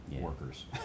workers